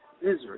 Israel